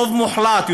רוב מוחלט,